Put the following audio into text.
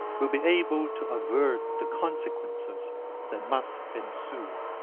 will be able to avert the consequences that must ensue.